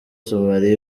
somalia